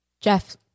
Jeff